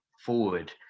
forward